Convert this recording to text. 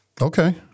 Okay